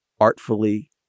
artfully